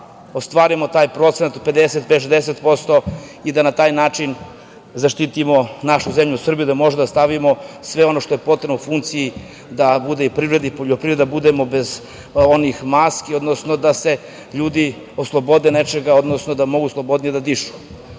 ostvarimo taj procenat od 55%, 60% i da na taj način zaštitimo našu zemlju Srbiju da možemo da stavimo u funkciju sve ono što je potrebno, da bude i privrede i poljoprivrede, da budemo bez onih maski, odnosno da se ljudi oslobode nečega, odnosno da mogu slobodnije da dišu. Evo,